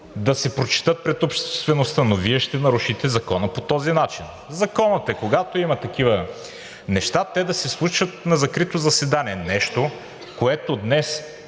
да се прочетат, но Вие ще нарушите закона по този начин. Законът е, когато има такива неща, те да се случват на закрито заседание – нещо, което днес